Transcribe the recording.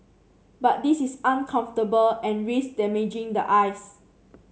but this is uncomfortable and risk damaging the eyes